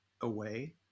away